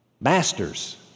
masters